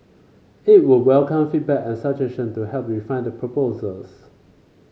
it would welcome feedback and suggestion to help refine the proposals